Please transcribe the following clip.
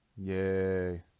Yay